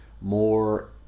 more